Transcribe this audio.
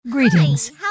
Greetings